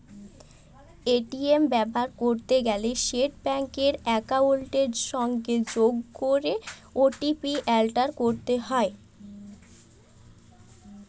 ATM ব্যাভার ক্যরতে গ্যালে সেট ব্যাংক একাউলটের সংগে যগ ক্যরে ও.টি.পি এলটার ক্যরতে হ্যয়